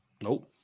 Nope